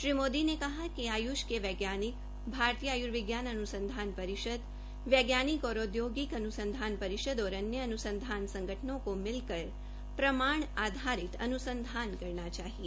श्री मोदी ने कहा कि आयुष के वैज्ञानिक भारतीय आर्युविज्ञान अनुसंधान परिषद वैज्ञानिक और औद्योगिक अनुसंधान परिषद और अन्य अनुसंधान संगठनों को मिलकर प्रमाण आधारित अनुसंधान करना चाहिए